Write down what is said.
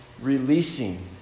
releasing